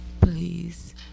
please